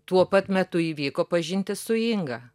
tuo pat metu įvyko pažintis su inga